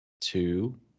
Two